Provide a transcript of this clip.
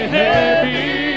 heavy